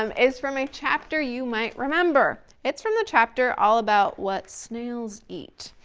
um is from a chapter you might remember, it's from the chapter all about what snails eat.